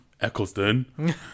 Eccleston